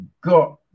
got